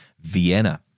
Vienna